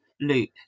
Loop